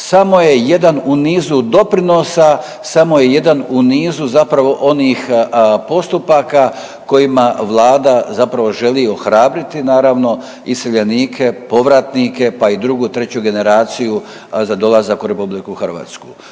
samo je jedan u nizu doprinosa, samo je jedan u nizu zapravo onih postupaka kojima vlada zapravo želi ohrabriti naravno iseljenike, povratnike, pa i drugu treću generaciju za dolazak u RH.